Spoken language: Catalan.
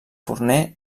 forner